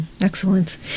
Excellent